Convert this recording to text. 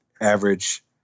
average